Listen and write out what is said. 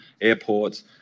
airports